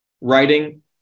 writing